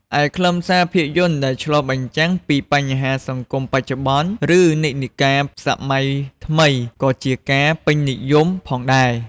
ឯខ្លឹមសារភាពយន្តដែលឆ្លុះបញ្ចាំងពីបញ្ហាសង្គមបច្ចុប្បន្ន ឬនិន្នាការសម័យថ្មីក៏ជាការពេញនិយមផងដែរ។